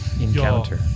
encounter